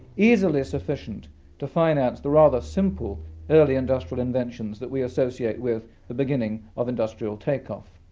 easily sufficient to finance the rather simple early industrial inventions that we associate with the beginning of industrial takeoff.